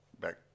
back